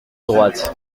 droite